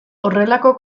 horrelako